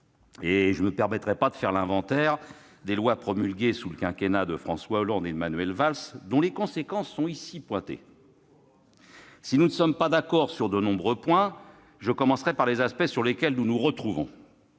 Je ne vais pas faire l'inventaire des lois promulguées sous le quinquennat de François Hollande et les gouvernements de Manuel Valls, dont les conséquences sont ici pointées. Si nous ne sommes pas d'accord sur de nombreux points, je commencerai par évoquer les aspects sur lesquels nous nous retrouvons.